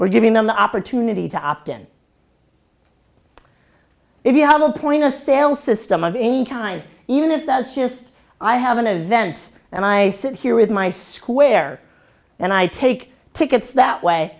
we're giving them the opportunity to opt in if you have a point of sale system of any kind even if that's just i have an event and i sit here with my square and i take tickets that way